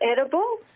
edible